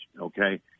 okay